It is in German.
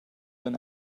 eine